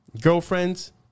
girlfriends